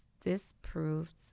disproved